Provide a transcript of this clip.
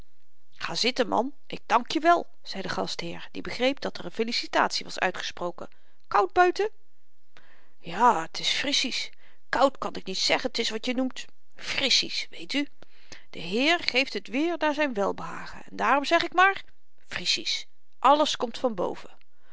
ga zitten man ik dankje wel zei de gastheer die begreep dat er een felicitatie was uitgesproken koud buiten ja t is frissies koud kan ik niet zeggen t is wat je noemt frissies weet u de heer geeft het weêr naar zyn welbehagen en daarom zeg ik maar frissies alles komt van boven